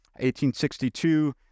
1862